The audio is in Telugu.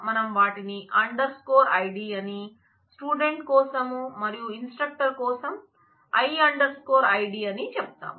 మనం వాటిని అండర్ స్కోర్ id అని స్టూడెంట్ కోసం మరియు ఇన్స్ట్రక్టర్ కోసం I అండర్ స్కోర్ id అని చెప్తాము